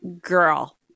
girl